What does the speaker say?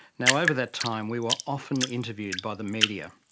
now, over that time we were often interviewed by the media.